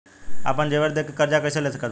आपन जेवर दे के कर्जा कइसे ले सकत बानी?